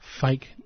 fake